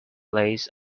lace